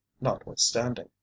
notwithstanding